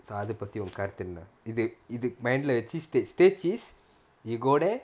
so அத பத்தி உன் கருத்து என்ன இது:atha pathi un karuthu enna itha mind lah வச்சு:vachu stage stage is you go there